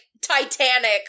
Titanic